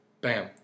Bam